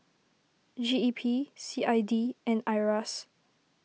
G E P C I D and Iras